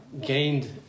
gained